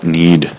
need